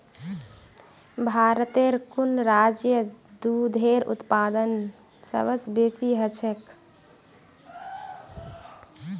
भारतेर कुन राज्यत दूधेर उत्पादन सबस बेसी ह छेक